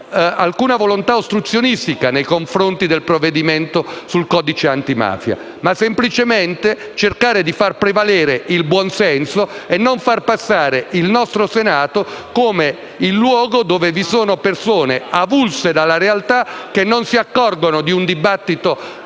alcuna volontà ostruzionistica nei confronti del provvedimento sul codice antimafia, ma semplicemente quella di cercare di far prevalere il buon senso e di non far passare il nostro Senato come il luogo dove vi sono persone avulse dalla realtà che non si accorgono di un dibattito